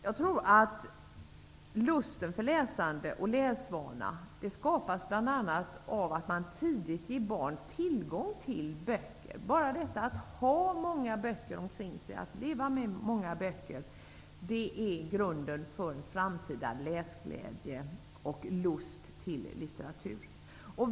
Jag tror att lusten för läsande och läsvana skapas bl.a. genom att man tidigt ger barn tillgång till böcker. Bara detta att ha många böcker omkring sig utgör grunden för en framtida läsglädje och lust till litteratur.